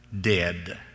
dead